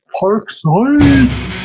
Parkside